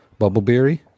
Bubbleberry